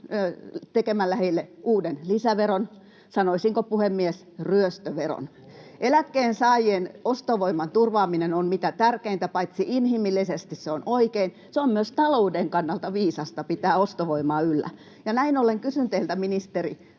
tekemällä heille uuden lisäveron — sanoisinko, puhemies, ryöstöveron. Eläkkeensaajien ostovoiman turvaaminen on mitä tärkeintä paitsi inhimillisesti, se on oikein, mutta on myös talouden kannalta viisasta pitää ostovoimaa yllä. Näin ollen kysyn teiltä, ministeri,